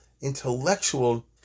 intellectual